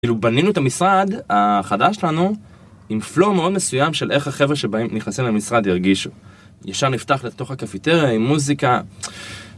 כאילו, בנינו את המשרד החדש שלנו עם פלואו מאוד מסוים של איך החבר'ה שבהם נכנסים למשרד ירגישו. אפשר לפתח לתוך הקפיטריה עם מוזיקה.